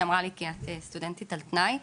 אמרה לי שזה בגלל שאני סטודנטית על תנאי.